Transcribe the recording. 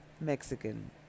mexican